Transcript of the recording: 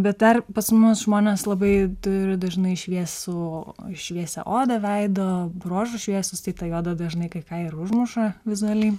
bet dar pas mus žmonės labai turi dažnai šviesų šviesią odą veido bruožų šviesios tai ta juoda dažnai kai ką ir užmuša vizualiai